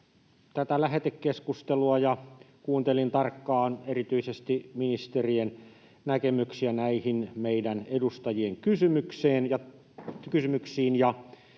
tätä lähetekeskustelua, ja kuuntelin tarkkaan erityisesti ministerien näkemyksiä näihin meidän edustajien kysymyksiin,